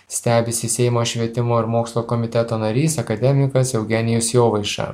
stebisi seimo švietimo ir mokslo komiteto narys akademikas eugenijus jovaiša